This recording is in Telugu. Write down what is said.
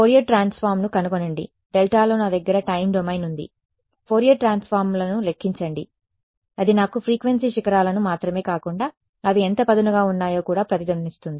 ఫోరియర్ ట్రాన్సఫార్మ్ ను కనుగొనండి డెల్టా లో నా దగ్గర టైమ్ డొమైన్ ఉంది ఫోరియర్ ట్రాన్స్ఫార్మ్లను లెక్కించండి అది నాకు ఫ్రీక్వెన్సీ శిఖరాల ను మాత్రమే కాకుండా అవి ఎంత పదునుగా ఉన్నాయో కూడా ప్రతిధ్వనిస్తుంది